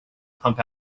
pump